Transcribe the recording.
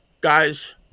guys